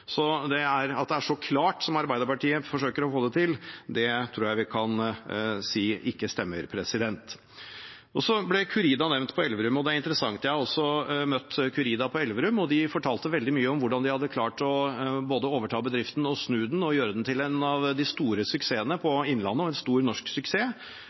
Så at det er så klart som Arbeiderpartiet forsøker å få det til, tror jeg vi kan si ikke stemmer. Curida på Elverum ble nevnt. Det er interessant. Jeg har også møtt Curida på Elverum, og de fortalte veldig mye om hvordan de hadde klart både å overta bedriften, snu den og gjøre den til både en av de store suksessene i Innlandet og en stor norsk suksess.